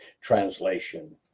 translation